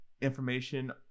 information